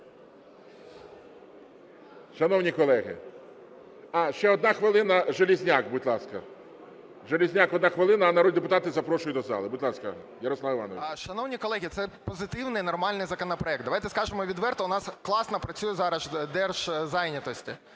Шановні колеги! А, ще 1 хвилина Железняк, будь ласка. Железняк 1 хвилина, а народних депутатів запрошую до зали. Будь ласка, Ярослав Іванович. 11:38:07 ЖЕЛЕЗНЯК Я.І. Шановні колеги, це позитивний і нормальний законопроект. Давайте скажемо відверто, у нас класно працює зараз Держзайнятості,